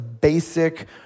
basic